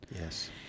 Yes